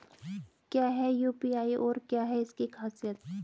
क्या है यू.पी.आई और क्या है इसकी खासियत?